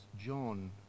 John